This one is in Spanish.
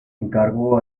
encargó